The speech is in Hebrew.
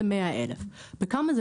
הוא 100,000. בכמה זה